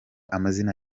amazina